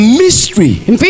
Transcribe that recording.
mystery